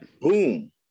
Boom